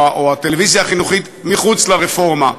או הטלוויזיה החינוכית, מחוץ לרפורמה.